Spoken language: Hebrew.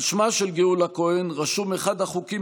על שמה של גאולה כהן רשום אחד החוקים